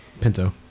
Pinto